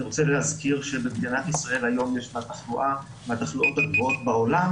אני רוצה להזכיר שבמדינת ישראל היום יש תחלואה מהתחלואות הגבוהות בעולם